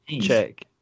check